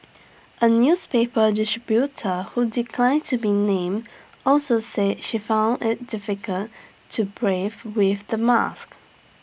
A newspaper distributor who declined to be named also said she found IT difficult to breathe with the mask